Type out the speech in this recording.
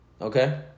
Okay